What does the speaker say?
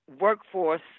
workforce